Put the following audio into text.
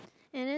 and then